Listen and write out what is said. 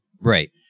Right